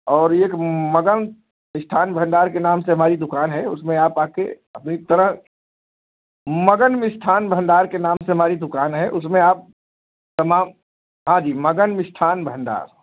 और एक मगन मिष्ठान भंडार के नाम से हमारी दुकान है उसमें आप आके अपनी तरह मगन मिष्ठान भंडार के नाम से हमारी दुकान है उसमें आप तमाम हाँ जी मगन मिष्ठान भंडार